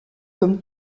comme